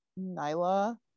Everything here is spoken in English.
Nyla